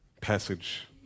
passage